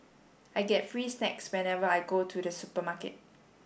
I get free snacks whenever I go to the supermarket